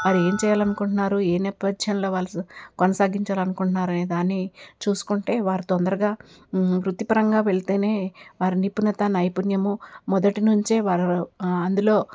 వారు ఏం చేయాలనుకుంటున్నారు ఏ నేపథ్యంలో వాళ్ళు చ కొనసాగించాలి అనుకుంటున్నారు అనేదాన్ని చూసుకుంటే వారు తొందరగా వృత్తిపరంగా వెళితేనే వారి నిపుణత నైపుణ్యము మొదటి నుంచే వారు అందులో